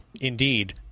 Indeed